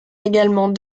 également